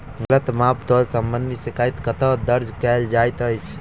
गलत माप तोल संबंधी शिकायत कतह दर्ज कैल जाइत अछि?